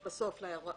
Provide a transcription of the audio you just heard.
באתר.